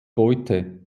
beute